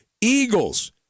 Eagles